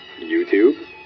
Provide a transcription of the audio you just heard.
YouTube